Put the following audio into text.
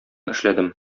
эшләдем